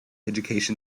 education